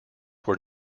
were